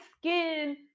skin